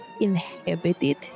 Inhabited